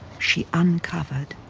she uncovered.